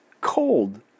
cold